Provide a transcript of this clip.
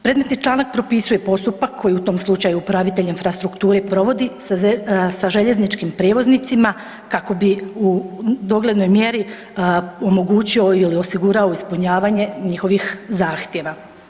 Predmetni članak propisuje postupak koji u tom slučaju upravitelj Infrastrukture provodi sa željezničkim prijevoznicima kako bi u doglednoj mjeri omogućio ili osigurao ispunjavanje njihovih zahtjeva.